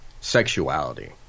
sexuality